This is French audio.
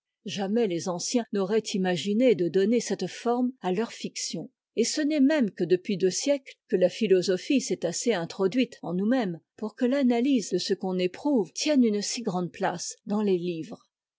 jamais les anciens n'auraient imaginé de donner cette forme à leurs fictions et ce n'est même que depuis deux siècles que la philosophie s'est assez introduite en nousmêmes pour que l'analyse de ce qu'on éprouve tienne une si grande place dans les livres